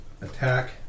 Attack